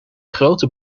grote